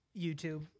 YouTube